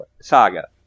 saga